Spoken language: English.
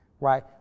right